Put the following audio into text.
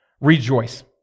rejoice